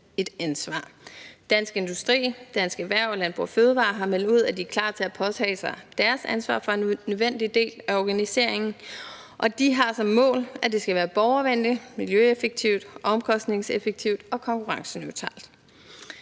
Dansk Industri og Dansk Erhverv og Landbrug & Fødevarer har meldt ud, at de er klar til at påtage sig deres ansvar for en nødvendig del af organiseringen, og de har som mål, at det skal være borgervenligt, miljøeffektivt, omkostningseffektivt og konkurrenceneutralt.